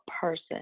person